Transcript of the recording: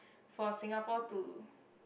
for Singapore to